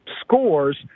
scores